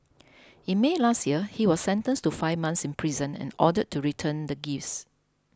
in May last year he was sentenced to five months in prison and ordered to return the gifts